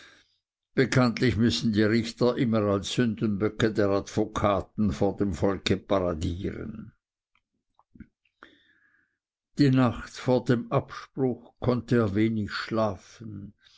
bekanntlich müssen die richter immer als sündenböcke der advokaten vor dem volke paradieren die nacht vor dem abspruch konnte er wenig schlafen